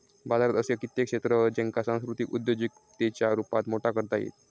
बाजारात असे कित्येक क्षेत्र हत ज्येंका सांस्कृतिक उद्योजिकतेच्या रुपात मोठा करता येईत